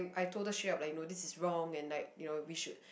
I told her straight up like you know this is wrong and like you know we should